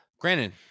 Granted